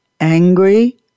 angry